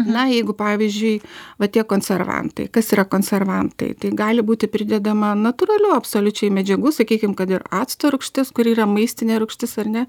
na jeigu pavyzdžiui va tie konservantai kas yra konservantai tai gali būti pridedama natūralių absoliučiai medžiagų sakykim kad ir acto rūgštis kuri yra maistinė rūgštis ar ne